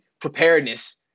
preparedness